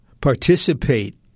participate